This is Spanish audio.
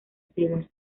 ceder